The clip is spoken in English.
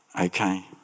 Okay